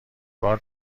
بار